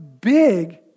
big